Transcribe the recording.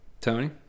Tony